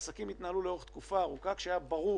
שעסקים התנהלו לאורך תקופה ארוכה כשהיה ברור